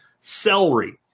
Celery